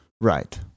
Right